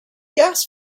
gas